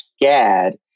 Gad